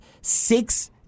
six